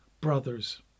Brothers